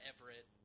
Everett